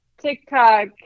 TikTok